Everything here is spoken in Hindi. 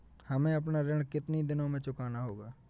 हमें अपना ऋण कितनी दिनों में चुकाना होगा?